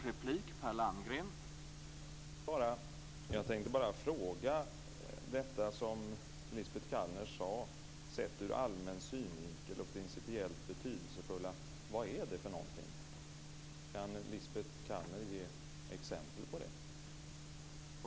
Herr talman! Jag tänkte bara med anledning av det som Lisbet Calner sade fråga vad menas med "sett ur allmän synvinkel" och "principiellt betydelsefulla". Kan Lisbet Calner ge exempel?